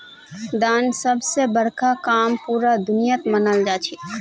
दान सब स बड़का काम पूरा दुनियात मनाल जाछेक